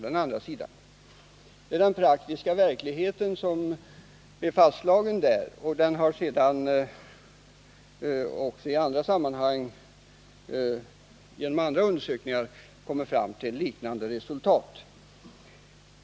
Det är den praktiska verklighet som där har fastslagits. Andra undersökningar har sedan kommit fram till liknande resultat.